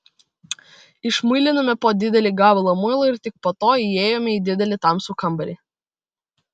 išmuilinome po didelį gabalą muilo ir tik po to įėjome į didelį tamsų kambarį